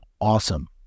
awesome